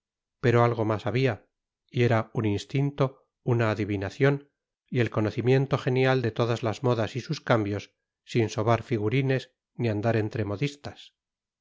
pero algo más había y era un instinto una adivinación y el conocimiento genial de todas las modas y sus cambios sin sobar figurines ni andar entre modistas